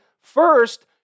First